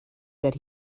that